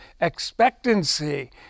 expectancy